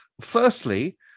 firstly